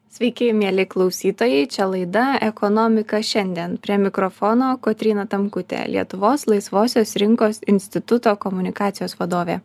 sveiki mieli klausytojai čia laida ekonomika šiandien prie mikrofono kotryna tamkutė lietuvos laisvosios rinkos instituto komunikacijos vadovė